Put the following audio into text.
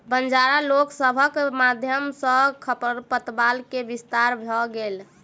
बंजारा लोक सभक माध्यम सॅ खरपात के विस्तार भ गेल